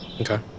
Okay